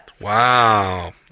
Wow